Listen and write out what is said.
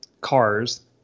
cars